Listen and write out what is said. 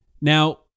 now